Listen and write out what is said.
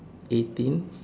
eighteen